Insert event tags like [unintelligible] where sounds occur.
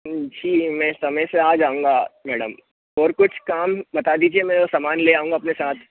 [unintelligible] मैं समय से आ जाऊंगा मैडम और कुछ काम बता दीजिए मैं सामान ले आऊंगा अपने साथ